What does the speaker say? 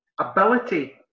Ability